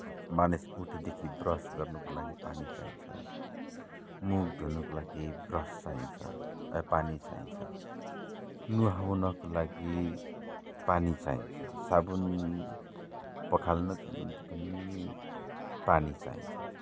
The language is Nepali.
मानिस उठेदेखि ब्रस गर्नुको लागि पानी चाहिन्छ मुख धुनुको लागि ब्रस चाहिन्छ ए पानी चाहिन्छ नुहाउनको लागि पानी चाहिन्छ साबुन पखाल्नको निम्ति पनि पानी चाहिन्छ